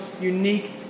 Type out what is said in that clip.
unique